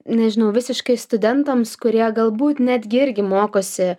nežinau visiškai studentams kurie galbūt netgi irgi mokosi